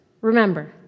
remember